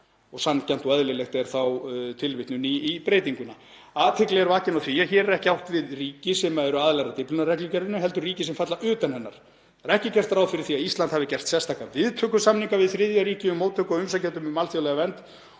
og „sanngjarnt og eðlilegt“ er þá tilvitnun í breytinguna. „Athygli er vakin á því að hér er ekki átt við ríki sem eru aðilar að Dyflinnarreglugerðinni heldur ríki sem falla utan hennar. Ekki er gert ráð fyrir því að Ísland hafi gert sérstaka viðtökusamninga við þriðja ríki um móttöku á umsækjendum um alþjóðlega vernd